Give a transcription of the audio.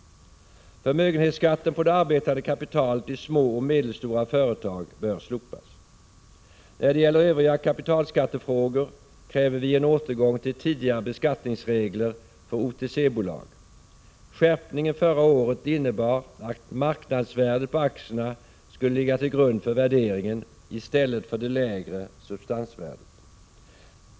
Förmögenhetsskatten på det arbetande kapitalet i små och medelstora företag bör slopas. När det gäller övriga kapitalskattefrågor kräver vi en återgång till tidigare beskattningsregler för OTC-bolag. Skärpningen förra året innebar att marknadsvärdet på aktierna skulle ligga till grund för värderingen i stället för det lägre substansvärdet.